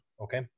Okay